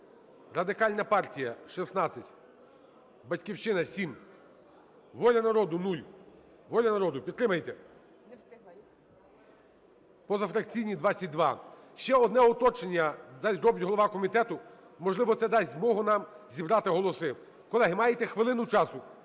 Радикальна партія – 16, "Батьківщина" – 7, "Воля народу" – 0. "Воля народу", підтримайте! Позафракційні – 22. Ще одне уточнення зробить голова комітету, можливо, це дасть змогу нам зібрати голоси. Колеги, маєте хвилину часу,